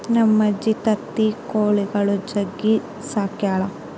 ನಮ್ಮಜ್ಜಿ ತತ್ತಿ ಕೊಳಿಗುಳ್ನ ಜಗ್ಗಿ ಸಾಕ್ಯಳ